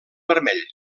vermell